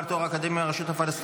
עמית